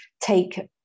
take